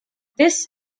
this